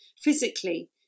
physically